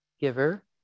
giver